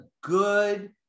good